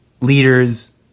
leaders